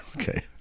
Okay